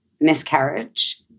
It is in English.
miscarriage